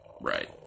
Right